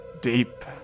deep